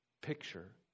picture